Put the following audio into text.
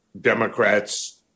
Democrats